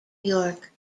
york